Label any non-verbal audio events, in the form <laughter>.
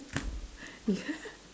<laughs>